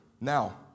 Now